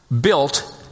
built